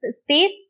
space